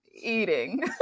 eating